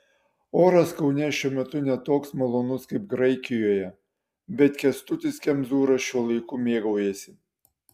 oras kaune šiuo metu ne toks malonus kaip graikijoje bet kęstutis kemzūra šiuo laiku mėgaujasi